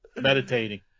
meditating